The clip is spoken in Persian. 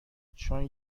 چون